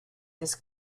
this